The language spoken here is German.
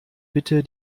bitte